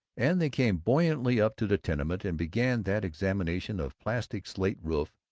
and they came buoyantly up to the tenement and began that examination of plastic slate roof,